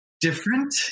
different